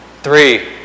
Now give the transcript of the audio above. Three